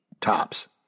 tops